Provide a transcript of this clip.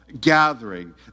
gathering